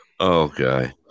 Okay